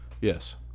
yes